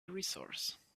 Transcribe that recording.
resource